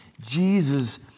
Jesus